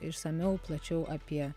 išsamiau plačiau apie